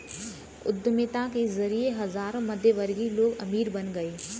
उद्यमिता के जरिए हजारों मध्यमवर्गीय लोग अमीर बन गए